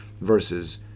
versus